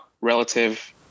relative